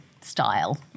style